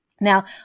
Now